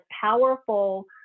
powerful